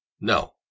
No